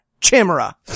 Chimera